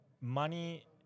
money